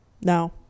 No